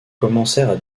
commencèrent